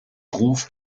ruf